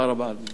תודה רבה.